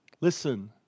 listen